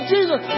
Jesus